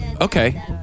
Okay